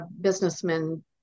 businessmen